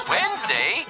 Wednesday